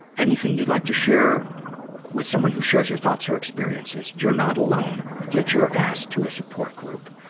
anything you'd like to share with someone who shares your thoughts or experiences? you're not alone. get your ass to a support group.